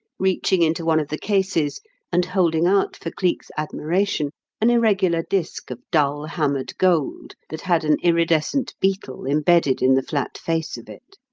reaching into one of the cases and holding out for cleek's admiration an irregular disc of dull, hammered gold that had an iridescent beetle embedded in the flat face of it.